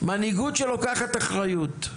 מנהיגות שלוקחת אחריות.